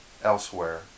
Elsewhere